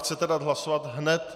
Chcete dát hlasovat hned?